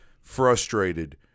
frustrated